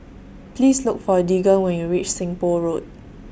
Please Look For Deegan when YOU REACH Seng Poh Road